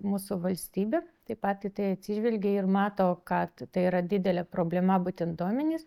mūsų valstybė taip pat į tai atsižvelgia ir mato kad tai yra didelė problema būtent duomenys